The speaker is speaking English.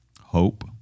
hope